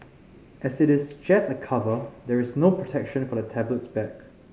as it is just a cover there is no protection for the tablet's back